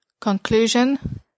Conclusion